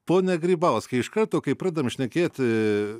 pone grybauskai iš karto kai pradedam šnekėti